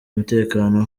umutekano